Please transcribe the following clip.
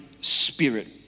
spirit